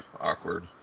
awkward